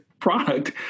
product